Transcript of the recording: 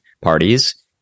parties